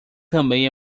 também